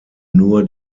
nur